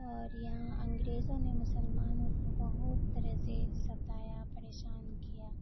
اور یہاں انگریزوں نے مسلمانوں کو بہت طرح سے ستایا پریشان کیا